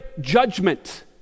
judgment